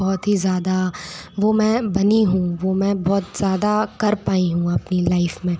बहुत ही ज़्यादा वो मैं बनी हूँ वो मैं बहुत ज़्यादा कर पाई हूँ अपनी लाइफ़ में